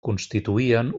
constituïen